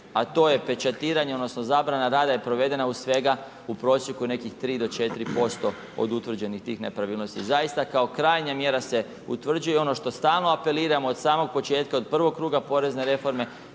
a to je pečatiranje, odnosno zabrana rada je provedena uz svega u prosjeku nekih 3-4% od utvrđenih nepravilnosti. Zaista kao krajnja mjera se utvrđuje i ono što stalno apeliramo, od samog početka, od prvog kruga porezne reforme,